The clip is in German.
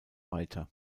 weiter